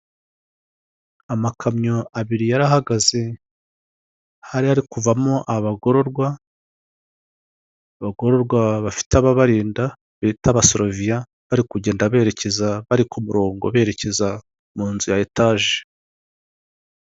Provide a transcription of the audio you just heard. Mu isoko ahacururizwa ibicuruzwa bitandukanye; nk'inyanya, ibitunguru, ibishyimbo ndetse n'ibindi nk'ibitoki mu buryo bwinshi cyangwa se mu buryo bukeya.